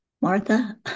Martha